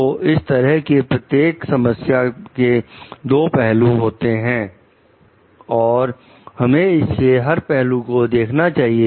तो इस तरह की प्रत्येक समस्या के दो पहलू होते हैं और हमें इसके हर पहलू को देखना चाहिए